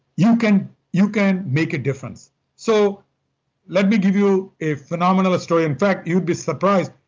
you can you can make a difference so let me give you a phenomenal story, in fact you would be surprised.